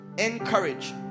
Encourage